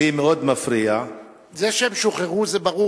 לי מאוד מפריע, זה שהם שוחררו, זה ברור.